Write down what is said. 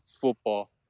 football